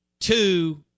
Two